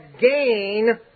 gain